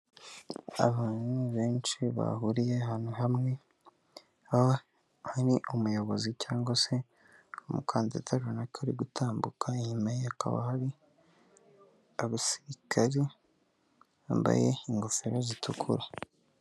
Abantu benshi bahuriye ahantu hamwe, hakaba hari umuyobozi cyangwa se umukandida runaka, uri gutambuka, inyuma ye hakaba hari abasirikari bambaye ingofero zitukura.